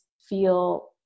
feel